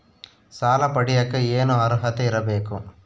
ಸಾಲ ಪಡಿಯಕ ಏನು ಅರ್ಹತೆ ಇರಬೇಕು?